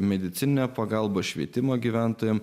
medicininę pagalbą švietimo gyventojams